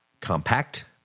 compact